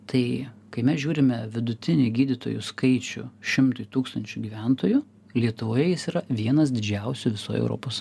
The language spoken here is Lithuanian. tai kai mes žiūrime vidutinį gydytojų skaičių šimtui tūkstančių gyventojų lietuvoje jis yra vienas didžiausių visoj europos